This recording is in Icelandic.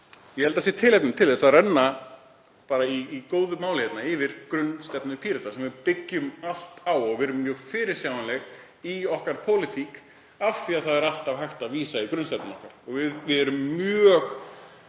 Ég held að það sé tilefni til að renna hérna yfir grunnstefnu Pírata sem við byggjum allt á. Við erum mjög fyrirsjáanleg í pólitík okkar af því að það er alltaf hægt að vísa í grunnstefnu okkar og við erum mjög